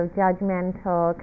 judgmental